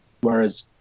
whereas